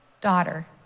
daughter